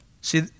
See